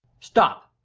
stop,